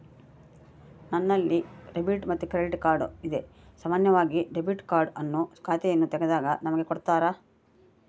ನನ್ನಲ್ಲಿ ಡೆಬಿಟ್ ಮತ್ತೆ credit card ಇದೆ, ಸಾಮಾನ್ಯವಾಗಿ ಡೆಬಿಟ್ ಕಾರ್ಡ್ ಅನ್ನು ಖಾತೆಯನ್ನು ತೆಗೆದಾಗ ನಮಗೆ ಕೊಡುತ್ತಾರ